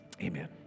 amen